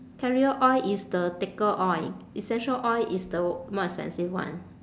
carrier oil is the thicker oil essential oil is the more expensive one